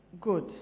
Good